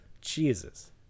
Jesus